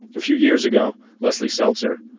a few years ago, leslie seltzer,